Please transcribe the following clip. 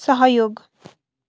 सहयोग